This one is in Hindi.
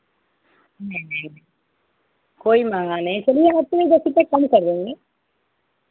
नहीं नहीं नहीं कोई महँगा नहीं है चलिए आपके लिए दस रुपये कम कर देंगे